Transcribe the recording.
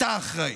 אתה אחראי.